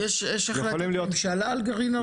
יכולים להיות --- יש החלטת ממשלה על גרעין הראל?